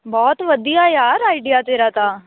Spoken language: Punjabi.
ਬਹੁਤ ਵਧੀਆ ਯਾਰ ਆਈਡੀਆ ਤੇਰਾ ਤਾਂ